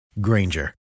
Granger